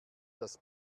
das